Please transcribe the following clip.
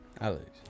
Alex